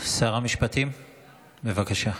שר המשפטים, בבקשה.